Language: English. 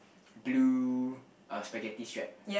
blue uh spaghetti strap